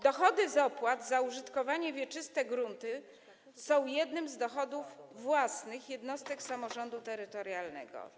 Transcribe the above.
Dochody z opłat za użytkowanie wieczyste gruntu są jednym z dochodów własnych jednostek samorządu terytorialnego.